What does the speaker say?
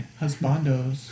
Husbandos